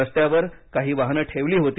रस्त्यावर काही वाहने ठेवली होती